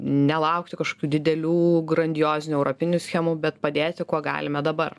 nelaukti kažkokių didelių grandiozinių europinių schemų bet padėti kuo galime dabar